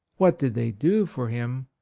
what did they do for him?